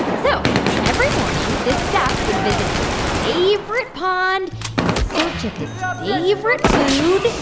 so every morning, this duck would visit his favorite pond in search of his favorite food,